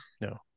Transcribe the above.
No